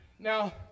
Now